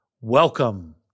Welcome